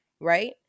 Right